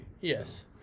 Yes